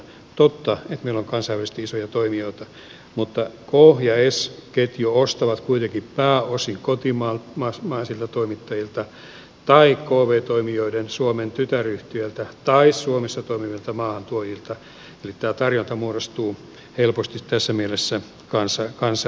on totta että meillä on kansainvälisesti isoja toimijoita mutta k ja s ketju ostavat kuitenkin pääosin kotimaisilta toimittajilta tai kv toimijoiden suomen tytäryhtiöiltä tai suomessa toimivilta maahantuojilta eli tämä tarjonta muodostuu helposti tässä mielessä kansainväliseksi